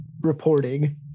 reporting